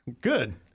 Good